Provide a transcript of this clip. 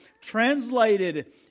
translated